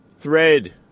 thread